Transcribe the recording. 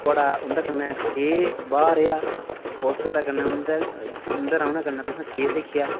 थुआढ़ा उं'दे कन्नै केह् बाह् रेहा और थुआढ़े कन्नै उं'दे रौह्ने कन्नै तुसें केह् सिक्खेआ